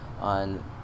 on